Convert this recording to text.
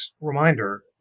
reminder